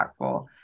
impactful